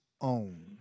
own